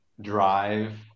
drive